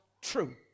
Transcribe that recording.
true